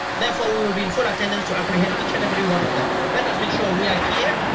therefore we will be in full attendance to apprehend each and every one of them. let us make sure we are here.